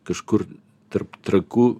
kažkur tarp trakų